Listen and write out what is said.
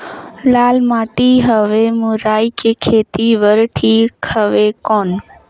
लाल माटी हवे मुरई के खेती बार ठीक हवे कौन?